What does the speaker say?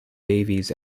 davies